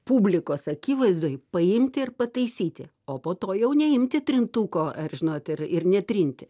publikos akivaizdoj paimti ir pataisyti o po to jau neimti trintuko ar žinot ir ir netrinti